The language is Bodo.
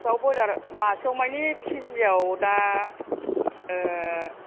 दाव बयलार मासेआव मानि केजियाव दा